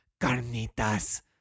carnitas